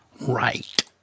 Right